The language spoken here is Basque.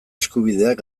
eskubideak